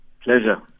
Pleasure